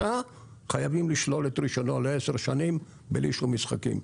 חייבים לשלול את רישיונו לעשר שנים בלי שום משחקים.